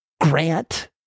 grant